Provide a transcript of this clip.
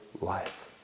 life